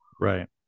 right